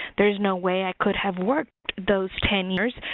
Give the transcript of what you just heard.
there's no way i could have worked those ten years.